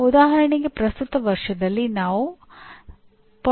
ಉದಾಹರಣೆಗೆ ಪ್ರಸ್ತುತ ವರ್ಷದಲ್ಲಿ ನಾನು 0